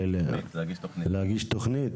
להגיש תוכנית,